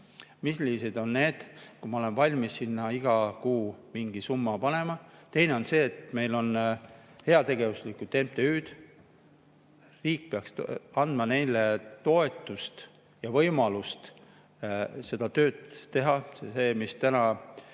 ja öeldud, kuidas, kui ma olen valmis sinna iga kuu mingi summa panema. Teine asi on see, et meil on heategevuslikud MTÜ-d, riik peaks andma neile toetust ja võimalust seda tööd teha. See, mida